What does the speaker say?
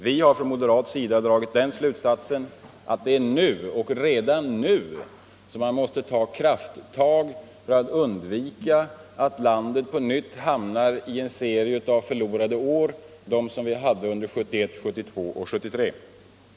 Vi har från moderat sida dragit den slutsatsen att det är nu, redan nu, som man måste ta krafttag för att undvika att landet på nytt hamnar i en serie förlorade år som de vi hade 1971, 1972 och 1973.